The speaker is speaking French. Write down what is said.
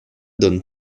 donne